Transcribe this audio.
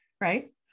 right